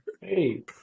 Hey